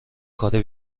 کار